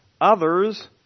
Others